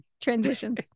transitions